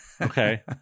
Okay